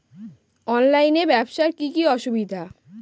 অনলাইনে ব্যবসার কি কি অসুবিধা?